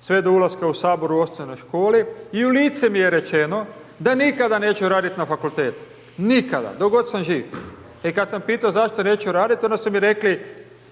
sve do ulaska u Saboru u osnovnoj školi i u lice mi je rečeno, da nikada neću raditi na fakultetu, nikada, do god sam živ. I kada sam pitao zašto neću raditi, onda su mi rekli,